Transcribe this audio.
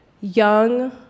young